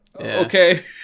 okay